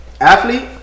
Athlete